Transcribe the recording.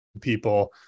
people